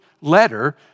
letter